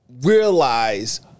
realize